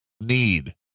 need